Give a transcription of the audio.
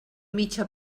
mitja